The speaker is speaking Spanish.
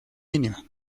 mínima